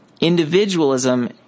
individualism